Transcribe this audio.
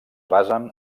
basen